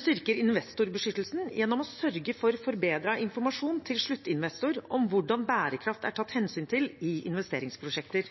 styrker investorbeskyttelsen gjennom å sørge for forbedret informasjon til sluttinvestor om hvordan bærekraft er tatt hensyn til i investeringsprosjekter.